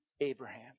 Abraham